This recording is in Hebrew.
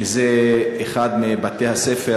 שזה אחד מבתי-הספר,